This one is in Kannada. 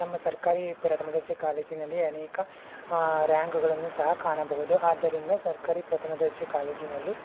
ನಮ್ಮ ಸರ್ಕಾರಿ ಪ್ರಥಮ ದರ್ಜೆ ಕಾಲೇಜಿನಲ್ಲಿ ಅನೇಕ ರ್ಯಾಂಕುಗಳನ್ನು ಸಹ ಕಾಣಬಹುದು ಆದ್ದರಿಂದ ಸರ್ಕಾರಿ ಪ್ರಥಮ ದರ್ಜೆ ಕಾಲೇಜಿನಲ್ಲಿ